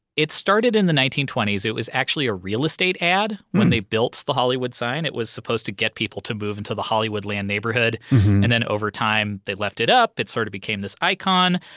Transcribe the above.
it started in the nineteen twenty s. it was actually a real estate ad. when they built the hollywood sign, it was supposed to get people to move into the hollywood land neighborhood and then over time they left it up. it sort of became this icon.